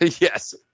Yes